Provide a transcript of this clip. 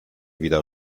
wieder